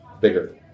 Bigger